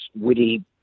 witty